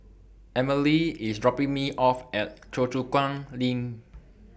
Amelie IS dropping Me off At Choa Chu Kang LINK